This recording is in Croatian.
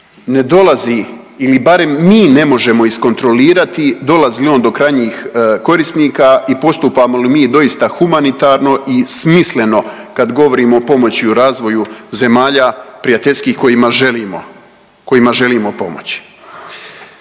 ne dolazi ili barem mi ne možemo iskontrolirati dolazi li on do krajnjih korisnika i postupamo li mi doista humanitarno i smisleno kad govorimo o pomoći u razvoju zemalja prijateljskih kojima želimo, kojima